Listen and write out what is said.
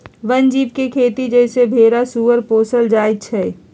वन जीव के खेती जइसे भेरा सूगर पोशल जायल जाइ छइ